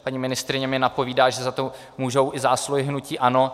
Paní ministryně mi napovídá, že za to můžou i zásluhy hnutí ANO.